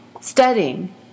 studying